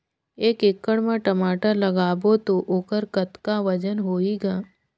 एक एकड़ म टमाटर लगाबो तो ओकर कतका वजन होही ग?